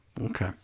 Okay